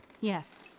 Yes